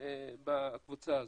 בקבוצה הזאת.